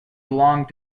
belonged